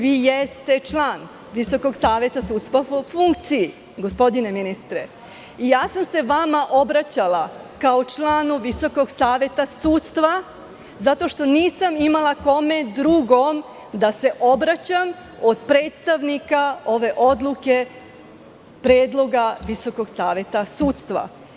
Vi jeste član Visokog saveta sudstva po funkciji, gospodine ministre, ja sam se vama obraćala kao članu Visokog saveta sudstva zato što nisam imala kome drugom da se obraćam od predstavnika ove odluke predloga Visokog saveta sudstva.